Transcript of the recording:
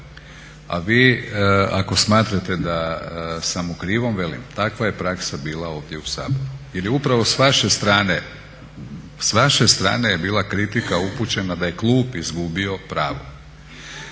A vi ako smatrate da sam u krivu velim takva je praksa bila ovdje u Saboru. Jer je upravo s vaše strane bila kritika upućena da je klub izgubio pravo.